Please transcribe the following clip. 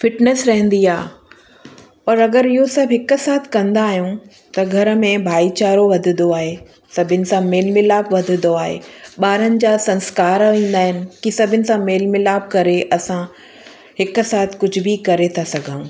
fitness रहंदी आहे और अगरि इहो सभु हिकु साथ कंदा आहियूं त घर में भाईचारो वधंदो आहे सभिनी सां मेल मिलाव वधंदो आहे ॿारनि जा संस्कार ईंदा आहिनि कि सभिनी सां मेल मिलाप करे असां हिकु साथ कुझु बि करे था सघूं